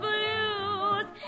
Blues